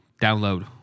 Download